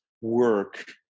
work